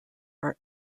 are